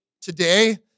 today